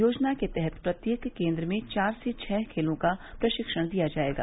योजना के तहत प्रत्येक केन्द्र में चार से छह खेलों का प्रशिक्षण दिया जाएगा